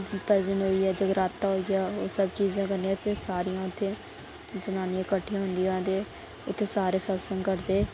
भजन होई गेआ जगराता होई गेआ ओह् सब चीजां कन्नै उत्थै सारियां उत्थै जनानियां कट्ठियां होंदिया ते इत्थै सारे सत्संग करदे